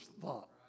thought